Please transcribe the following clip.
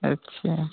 अच्छा